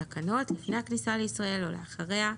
לפני הכניסה לישראל או לאחריה,